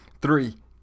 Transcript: Three